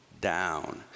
down